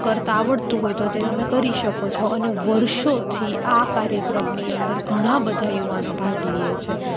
કરતાં આવડતું હોય તો તે તમે કરી શકો છો અને વર્ષોથી આ કાર્યક્રમની અંદર ઘણાં બધાં યુવાનો ભાગ લે છે